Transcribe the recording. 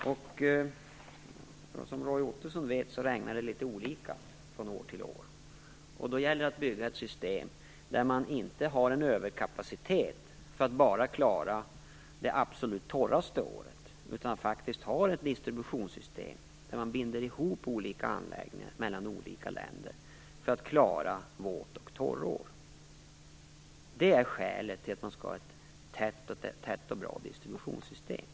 Som Roy Ottosson vet regnar det litet olika från år till år. Då gäller det att bygga ett system där man inte har en överkapacitet för att klara det torraste året, utan faktiskt har ett distributionssystem där man binder ihop olika anläggningar i olika länder för att klara våt och torrår. Det är skälet till att man skall ha ett tätt och bra distributionssystem.